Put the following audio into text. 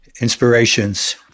inspirations